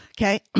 Okay